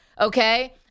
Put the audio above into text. okay